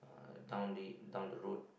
uh down the down the road